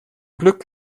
glück